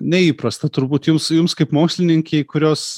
neįprasta turbūt jums jums kaip mokslininkei kurios